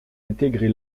intégrer